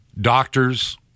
doctors